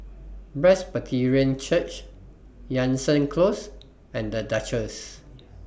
Presbyterian Church Jansen Close and The Duchess